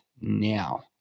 now